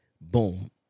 boom